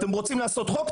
אתם רוצים לעשות חוק?